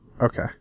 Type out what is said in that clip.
Okay